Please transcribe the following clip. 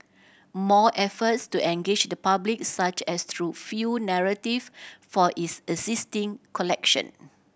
more efforts to engage the public such as through few narrative for its existing collection